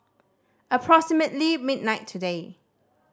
approximately midnight today